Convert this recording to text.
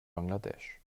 bangladesch